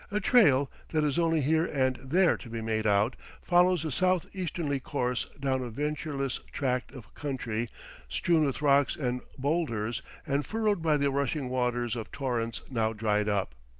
a trail, that is only here and there to be made out, follows a southeasternly course down a verdureless tract of country strewn with rocks and bowlders and furrowed by the rushing waters of torrents now dried up.